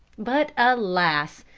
but, alas!